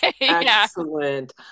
Excellent